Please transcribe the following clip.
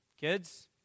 Kids